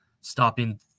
stopping